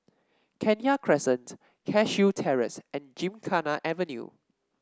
Kenya Crescent Cashew Terrace and Gymkhana Avenue